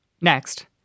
Next